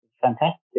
fantastic